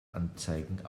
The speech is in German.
anzeigen